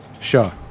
Sure